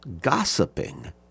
Gossiping